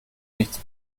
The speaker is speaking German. nichts